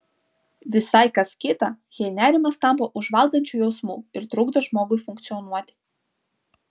visai kas kita jei nerimas tampa užvaldančiu jausmu ir trukdo žmogui funkcionuoti